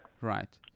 Right